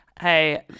hey